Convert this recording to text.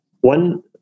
one